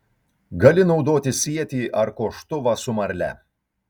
gali naudoti sietį ar koštuvą su marle